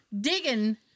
digging